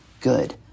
good